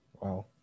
Wow